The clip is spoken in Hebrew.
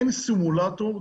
אין סימולטור,